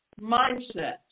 mindset